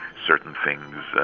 certain things?